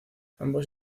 ambos